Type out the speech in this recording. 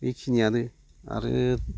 बेखिनियानो आरो